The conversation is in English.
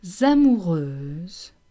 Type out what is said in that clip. amoureuse